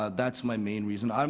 ah that's my main reason. um